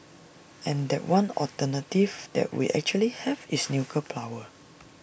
and that one alternative that we actually have is nuclear power